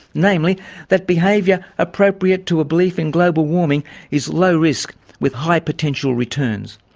namely that behaviour appropriate to a belief in global warming is low risk with high potential returns.